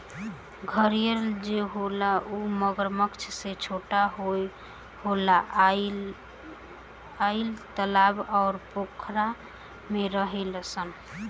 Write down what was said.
घड़ियाल जे होला उ मगरमच्छ से छोट होला आ इ तालाब अउर पोखरा में रहेले सन